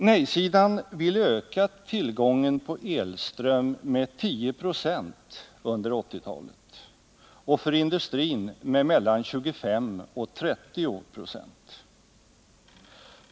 Nej-sidan vill öka tillgången på elström med 10 96 under 1980-talet och för industrin med 25-30 96.